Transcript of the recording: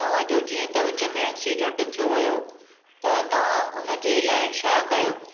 तव्हांजो जीअं त विच में एक्सीडेंट थियो हुओ त तव्हां उन जे लाइ छा कयो